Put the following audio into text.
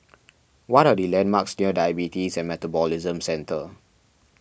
what are the landmarks near Diabetes and Metabolism Centre